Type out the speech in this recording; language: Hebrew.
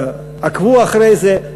עקבו אחרי זה.